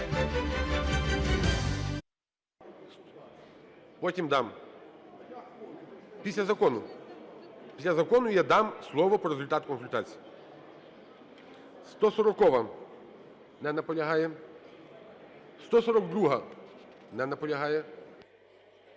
Після закону я дам слово по результату консультацій. 140-а. Не наполягає. 142-а. Не наполягає.